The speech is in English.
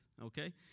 okay